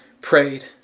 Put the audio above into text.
prayed